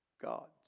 God's